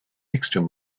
mixture